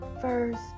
first